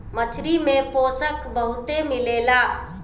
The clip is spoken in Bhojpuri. मछरी में पोषक बहुते मिलेला